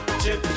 chip